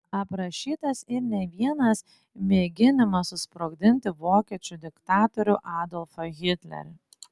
aprašytas ir ne vienas mėginimas susprogdinti vokiečių diktatorių adolfą hitlerį